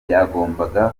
byagombaga